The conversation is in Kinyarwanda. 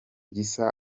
gisa